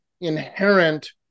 inherent